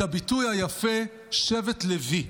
את הביטוי היפה "שבט לוי".